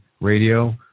Radio